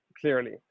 clearly